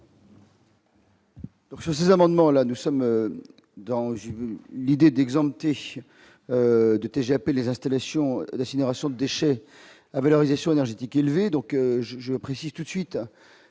ce sous-amendement, là nous sommes dans une l'idée d'exempter de TGAP des installations d'incinération de déchets à valorisation énergétique, donc je je précise tout de suite